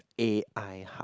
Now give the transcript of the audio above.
A_I !huh!